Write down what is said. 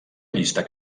llista